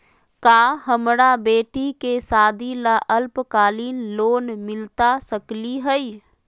का हमरा बेटी के सादी ला अल्पकालिक लोन मिलता सकली हई?